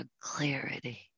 clarity